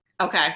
Okay